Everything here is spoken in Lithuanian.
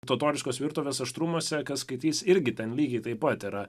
totoriškos virtuvės aštrumuose kas skaitys irgi ten lygiai taip pat yra